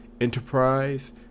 enterprise